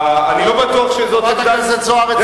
חברת הכנסת זוארץ, אגב, אחרי השר, את.